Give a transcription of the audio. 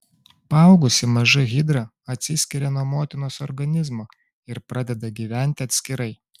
paaugusi maža hidra atsiskiria nuo motinos organizmo ir pradeda gyventi atskirai